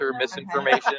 misinformation